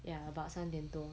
ya about 三点多